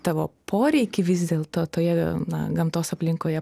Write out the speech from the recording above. tavo poreikį vis dėl to toje na gamtos aplinkoje